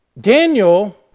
Daniel